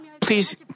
please